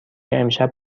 امشب